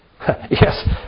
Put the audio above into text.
Yes